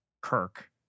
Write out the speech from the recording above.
Kirk